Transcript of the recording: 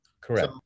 correct